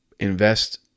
Invest